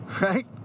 right